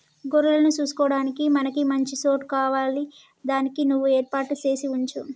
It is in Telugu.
గొర్రెలను సూసుకొడానికి మనకి మంచి సోటు కావాలి దానికి నువ్వు ఏర్పాటు సేసి వుంచు